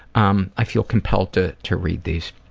um i feel compelled to to read these.